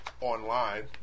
online